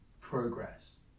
progress